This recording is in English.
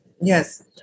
Yes